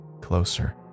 closer